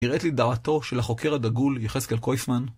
נראית לי דעתו של החוקר הדגול יחזקאל קוייפמן